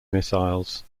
missiles